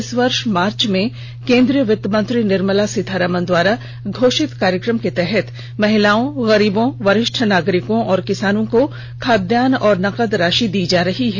इस वर्ष मार्च में केन्द्रीय वित्त मंत्री निर्मला सीतारमण द्वारा घोषित कार्यक्रम के तहत महिलाओं गरीबों वरिष्ठ नागरिकों और किसानों को खाद्यान्न और नकद राषि दी जा रही है